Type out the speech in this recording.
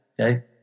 Okay